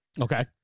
Okay